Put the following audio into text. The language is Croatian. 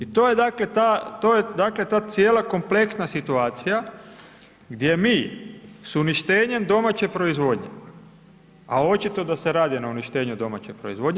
I to je dakle ta cijela kompleksna situacija gdje mi s uništenjem domaće proizvodnje, a očito da se radi na uništenju domaće proizvodnje.